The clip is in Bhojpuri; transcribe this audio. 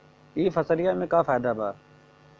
यह फसलिया में का फायदा बा?